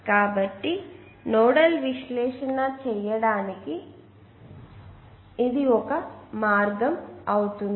కాబట్టి నోడల్ విశ్లేషణ చేయడానికి ఇది ఒక మార్గం అవుతుంది